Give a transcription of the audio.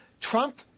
Trump